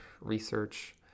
research